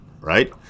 right